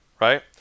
right